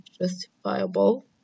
justifiable